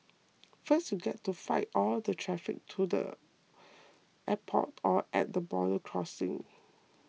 first you get to fight all the traffic to the airport or at the border crossing